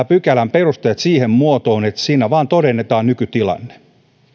pykälän perusteet siihen muotoon että siinä vain todennetaan nykytilanne